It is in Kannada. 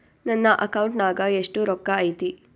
ನನ್ನ ಅಕೌಂಟ್ ನಾಗ ಎಷ್ಟು ರೊಕ್ಕ ಐತಿ?